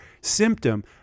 symptom